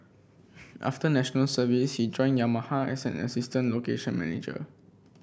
after National Service he joined Yamaha as an assistant location manager